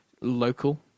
local